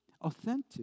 authentic